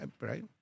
Right